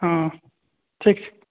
हॅं ठीक छै